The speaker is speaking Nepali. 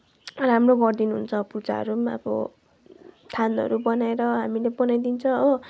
राम्रो गरिदिनुहुन्छ पूजाहरू पनि अब थानहरू बनाएर हामीले बनाइदिन्छौँ हो